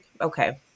Okay